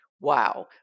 wow